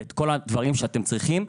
ואת כל הדברים שאתם צריכים,